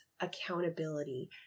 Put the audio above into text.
accountability